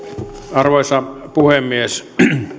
arvoisa puhemies